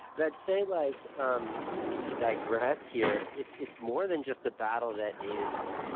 but i'd say, like um to digress here, it's it's more than just a battle that is